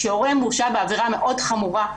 כשהורה מורשע בעבירה מאוד חמורה,